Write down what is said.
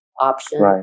option